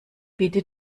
bitte